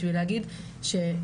בשביל להגיד שצריך...